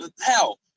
hell